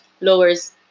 lowers